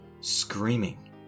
screaming